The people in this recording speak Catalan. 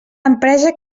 empresa